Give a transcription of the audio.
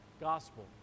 gospel